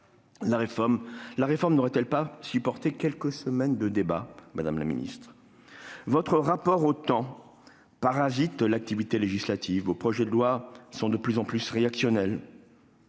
La réforme n'aurait-elle pas pu supporter quelques semaines de débat, madame la ministre ? Votre rapport au temps parasite l'activité législative. Vos projets de loi sont de plus en plus réactionnels.